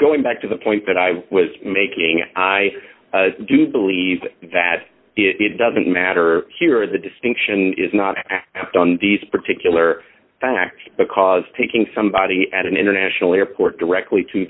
going back to the point that i was making i do believe that it doesn't matter here the distinction is not on these particular facts because taking somebody at an international airport directly to